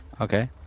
Okay